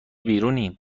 بیرونیم